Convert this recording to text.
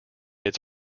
its